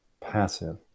passive